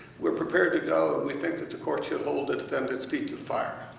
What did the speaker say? we're prepared to go. we think that the court should hold the defendant's feet to the fire.